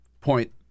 point